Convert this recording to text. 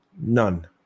None